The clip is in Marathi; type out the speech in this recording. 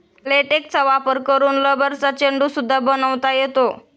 लेटेक्सचा वापर करून रबरचा चेंडू सुद्धा बनवता येतो